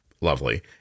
lovely